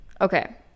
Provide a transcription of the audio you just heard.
Okay